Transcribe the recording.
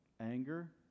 Anger